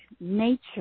nature